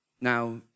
Now